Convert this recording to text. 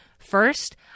First